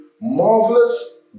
marvelous